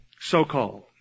so-called